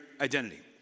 identity